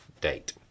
date